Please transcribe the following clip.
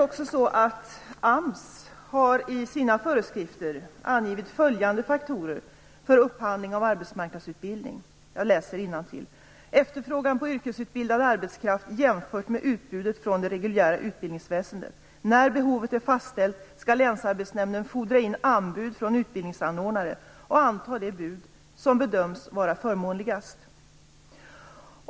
AMS har i sina föreskrifter angivit följande faktorer för upphandling av arbetsmarknadsutbildning: Efterfrågan på yrkesutbildad arbetskraft jämfört med utbudet från det reguljära utbildningsväsendet. När behovet är fastställt skall länsarbetsnämnden fordra in anbud från utbildningsanordnare och anta det bud som bedöms vara förmånligast.